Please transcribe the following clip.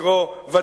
לקרוא לו,